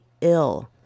ill